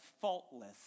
faultless